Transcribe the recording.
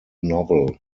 novel